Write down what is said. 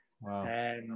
Wow